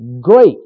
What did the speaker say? great